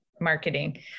marketing